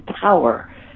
power